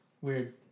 Weird